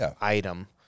item